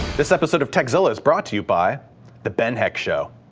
this episode of tekzilla is brought to you by the ben heck show.